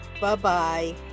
Bye-bye